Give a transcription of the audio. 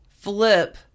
flip